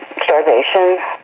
starvation